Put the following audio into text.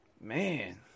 Man